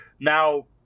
Now